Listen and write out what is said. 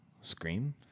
scream